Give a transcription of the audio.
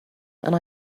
and